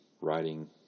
writing